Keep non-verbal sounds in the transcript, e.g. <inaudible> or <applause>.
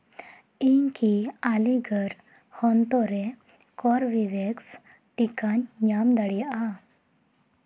ᱤᱧ ᱠᱤ ᱟ ᱞᱤᱜᱚᱲ ᱦᱚᱱᱛᱚ <unintelligible> ᱨᱮ ᱠᱚᱨᱵᱤᱨᱮᱠᱥ ᱴᱤᱠᱟ ᱧ ᱧᱟᱢ ᱫᱟᱲᱮᱭᱟᱜᱼᱟ